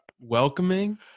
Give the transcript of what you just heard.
welcoming